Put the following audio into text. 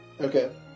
Okay